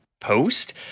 post